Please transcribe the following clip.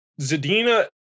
Zadina